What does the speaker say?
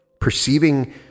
Perceiving